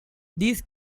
these